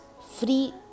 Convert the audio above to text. free